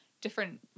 different